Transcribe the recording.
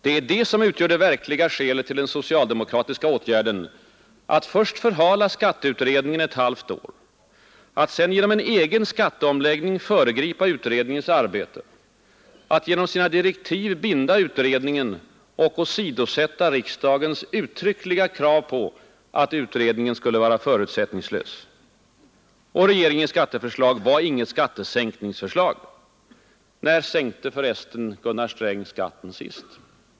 Det är detta som utgör det verkliga skälet till den socialdemokratiska åtgärden att först förhala skatteutredningen ett halvt år, att sedan genom en egen skatteomläggning föregripa utredningens arbete, att genom sina direktiv binda utredningen och åsidosätta riksdagens uttryckliga krav på att utredningen skulle vara förutsättningslös. Och regeringens skatteförslag var inget skattesänkningsförslag. När sänkte för resten Gunnar Sträng skatten sist?